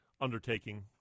undertaking